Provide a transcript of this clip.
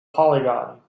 polygon